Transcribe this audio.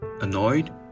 Annoyed